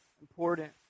Important